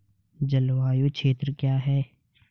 जलवायु क्षेत्र क्या है?